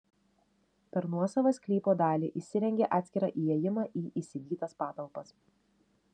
per nuosavą sklypo dalį įsirengė atskirą įėjimą į įsigytas patalpas